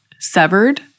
severed